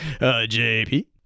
jp